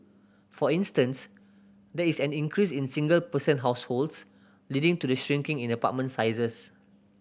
for instance there is an increase in single person households leading to the shrinking in apartment sizes